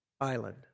island